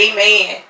Amen